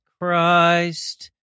Christ